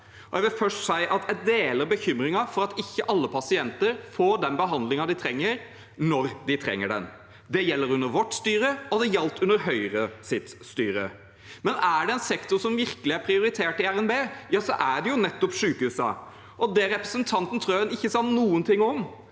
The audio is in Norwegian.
Jeg vil først si at jeg deler bekymringen for at ikke alle pasienter får den behandlingen de trenger, når de trenger den. Det gjelder under vårt styre, og det gjaldt under Høyres styre. Men er det én sektor som virkelig er prioritert i revidert nasjonalbudsjett, er det nettopp sykehusene. Det representanten Wilhelmsen Trøen ikke sa noe om,